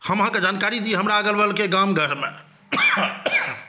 हम अहाँकेॅं जानकारी दी हमरा अगल बगलके गाम घरमे